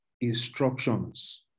instructions